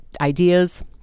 ideas